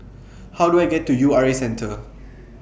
How Do I get to U R A Centre